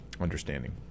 understanding